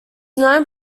known